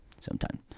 sometime